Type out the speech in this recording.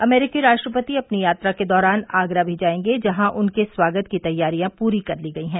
अमरीकी राष्ट्रपति अपनी यात्रा के दौरान आगरा भी जायेंगे जहां उनके स्वागत की तैयारियां पूरी कर ली गयी हैं